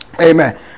amen